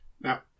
now